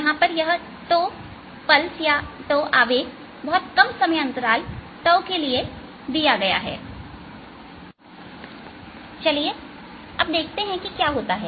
यहां यह 𝜏 आवेग बहुत कम अंतराल 𝜏 के लिए दिया गया है चलिए अब देखते हैं क्या होता है